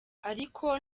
ariko